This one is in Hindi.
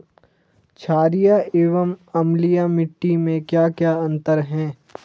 छारीय एवं अम्लीय मिट्टी में क्या क्या अंतर हैं?